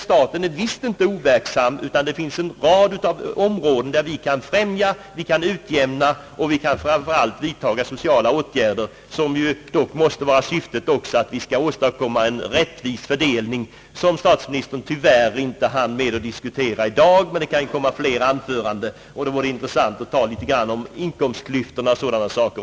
Staten skall dock inte vara overksam, ty det finns en rad områden, där vi kan vidtaga sociala åtgärder i syfte att åstadkomma en rättvis fördelning. Statsministern hann tyvärr inte med att diskutera detta i dag, men det kan komma flera tillfällen, och då vore det intressant att få tala litet om inkomstklyftorna och sådana saker.